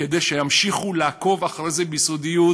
כדי שימשיכו לעקוב אחרי זה ביסודיות,